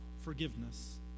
forgiveness